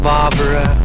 Barbara